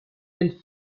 and